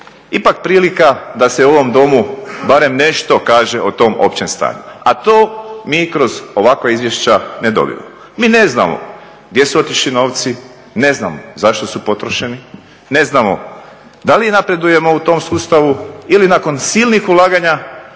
ipak prilika da se u ovom Domu barem nešto kaže o tom općem stanju, a to mi kroz ovakva izvješća na dobivamo. Mi ne znamo gdje su otišli novci, ne znam zašto su potrošeni, ne znamo da li napredujemo u tom sustavu ili nakon silnih ulaganja